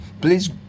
please